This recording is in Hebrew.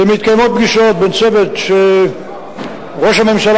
מתקיימות פגישות בין צוות שראש הממשלה